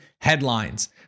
headlines